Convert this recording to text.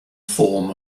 form